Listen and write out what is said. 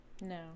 No